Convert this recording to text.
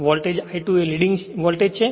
voltage I2 એ leading voltage છે